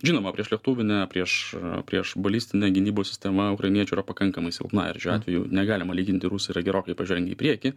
žinoma priešlėktuvinė prieš priešbalistinė gynybos sistema ukrainiečių yra pakankamai silpna ir šiuo atveju negalima lyginti rusai yra gerokai pažengę į priekį